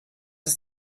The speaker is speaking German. ist